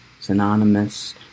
synonymous